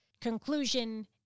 conclusion